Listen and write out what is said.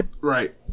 Right